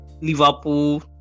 Liverpool